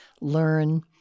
learn